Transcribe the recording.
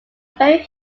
very